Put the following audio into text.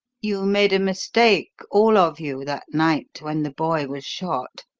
you made a mistake, all of you, that night when the boy was shot.